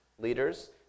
leaders